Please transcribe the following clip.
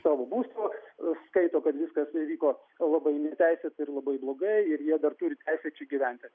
savo būsto skaito kad viskas įvyko labai neteisėtai ir labai blogai ir jie dar turi teisę čia gyventi